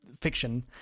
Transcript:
fiction